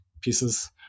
pieces